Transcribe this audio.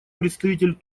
представитель